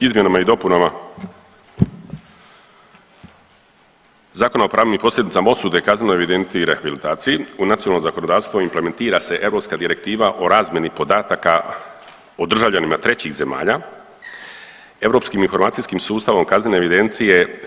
Izmjenama i dopunama Zakona o pravnim posljedicama osude, kaznenoj evidenciji i rehabilitaciji u nacionalnom zakonodavstvu implementira se Europska direktiva o razmjeni podataka o državljanima trećih zemalja europskim informacijskim sustavom kaznene evidencije,